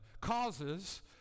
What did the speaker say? causes